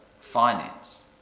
finance